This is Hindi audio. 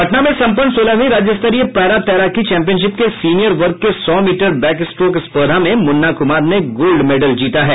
पटना में संपन्न सोलहवीं राज्य स्तरीय पैरा तैराकी चैंपियनशिप के सीनियर वर्ग के सौ मीटर बैक स्ट्रोक स्पर्धा में मुन्ना कुमार ने गोल्ड मेडल जीता है